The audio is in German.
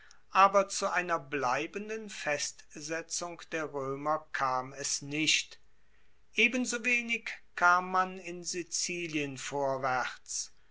aber zu einer bleibenden festsetzung der roemer kam es nicht ebensowenig kam man in sizilien vorwaerts